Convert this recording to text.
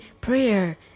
prayer